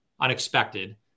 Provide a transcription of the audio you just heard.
unexpected